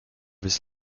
his